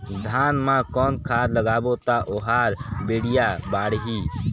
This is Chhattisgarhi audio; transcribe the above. धान मा कौन खाद लगाबो ता ओहार बेडिया बाणही?